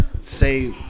say